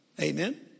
Amen